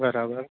બરાબર